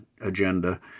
agenda